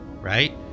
right